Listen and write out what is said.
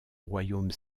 royaume